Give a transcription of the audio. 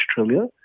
Australia